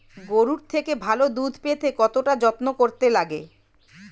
গরুর থেকে ভালো দুধ পেতে কতটা যত্ন করতে লাগে